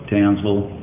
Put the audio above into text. Townsville